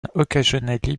occasionally